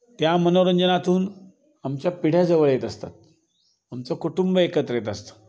त्या मनोरंजनातून आमच्या पिढ्या जवळ येत असतात आमचं कुटुंब एकत्र येत असतं